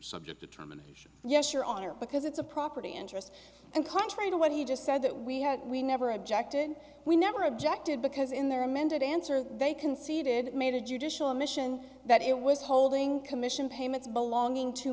subject to terminations yes your honor because it's a property interest and contrary to what he just said that we have we never objected we never objected because in their amended answer they conceded made a judicial commission that it was holding commission payments belonging to